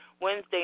Wednesday